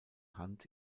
hand